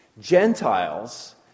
Gentiles